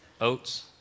oats